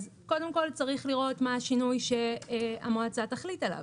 אז קודם כל צריך לראות מה השינוי שהמועצה תחליט עליו.